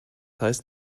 heißt